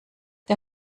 der